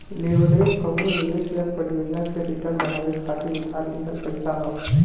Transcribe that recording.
leverage कउनो निवेश या परियोजना से रिटर्न बढ़ावे खातिर उधार लिहल पइसा हौ